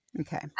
Okay